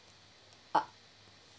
uh